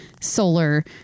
solar